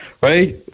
right